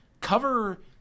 cover